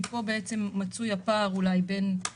כי פה מצוי הפער באיפוס.